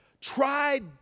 tried